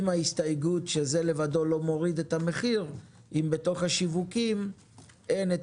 עם ההסתייגות שזה לבדו לא מוריד את המחיר אם בתוך השיווקים אין את